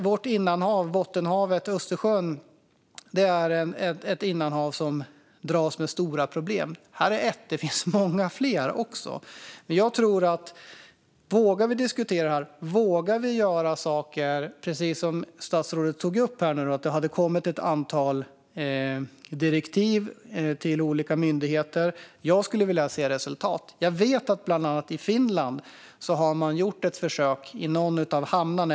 Vårt innanhav, Bottenhavet och Östersjön, dras med stora problem. Det här är ett problem, men det finns många fler. Jag tror att vi bör våga diskutera och göra saker, precis som det statsrådet tog upp, att det har kommit ett antal direktiv till olika myndigheter. Jag skulle vilja se resultat. Jag vet att man i bland annat Finland har gjort ett försök i någon av hamnarna.